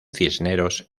cisneros